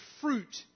fruit